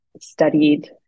studied